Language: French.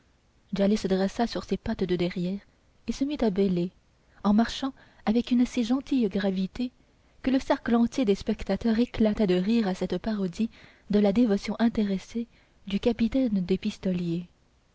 djali se dressa sur ses pattes de derrière et se mit à bêler en marchant avec une si gentille gravité que le cercle entier des spectateurs éclata de rire à cette parodie de la dévotion intéressée du capitaine des pistoliers